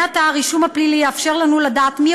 מעתה הרישום הפלילי יאפשר לנו לדעת מי